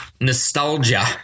nostalgia